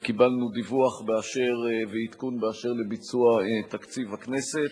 קיבלנו דיווח ועדכון על ביצוע תקציב הכנסת.